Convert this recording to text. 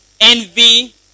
Envy